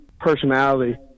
personality